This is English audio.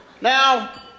Now